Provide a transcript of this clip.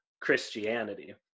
Christianity